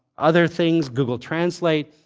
other things, google translate.